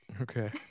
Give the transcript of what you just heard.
Okay